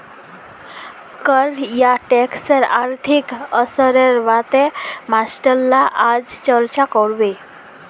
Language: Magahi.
कर या टैक्सेर आर्थिक असरेर बारेत मास्टर ला आज चर्चा करबे